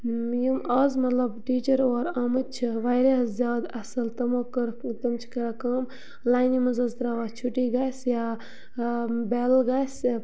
یِم آز مطلب ٹیٖچَر اور آمٕتۍ چھِ واریاہ زیادٕ اصٕل تِمو کٔرٕکھ تِم چھِ کَران کٲم لاینہِ منٛز حظ ترٛاوان چھُٹی گَژھِ یا بٮ۪ل گَژھِ